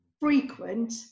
frequent